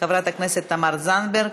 חברת הכנסת תמר זנדברג?